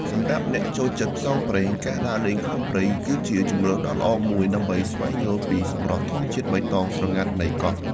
សម្រាប់អ្នកចូលចិត្តផ្សងព្រេង ការដើរលេងក្នុងព្រៃ គឺជាជម្រើសដ៏ល្អមួយដើម្បីស្វែងយល់ពីសម្រស់ធម្មជាតិបៃតងស្រងាត់នៃកោះ។